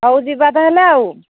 ହଉ ଯିବା ତା ହେଲେ ଆଉ